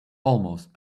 almost